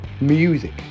Music